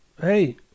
hey